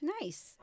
Nice